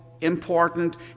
important